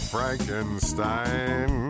Frankenstein